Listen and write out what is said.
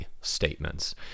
statements